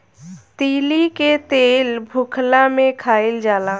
तीली के तेल भुखला में खाइल जाला